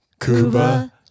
Cuba